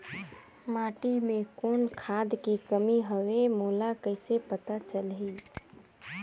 माटी मे कौन खाद के कमी हवे मोला कइसे पता चलही?